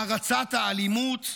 הערצת האלימות,